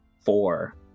Four